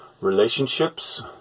relationships